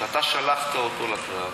שאתה שלחת אותו לקרב,